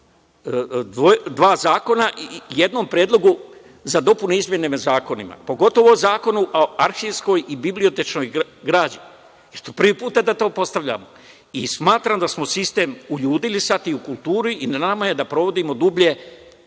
dva zakona i jednom predlogu za dopune i izmene zakona, pogotovo Zakonu o arhivskoj i bibliotečnoj građi. To je prvi put da to postavljamo i smatram da smo sistem uljudili sad i u kulturi i na nama je da provodimo dublje